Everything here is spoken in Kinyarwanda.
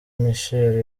michelle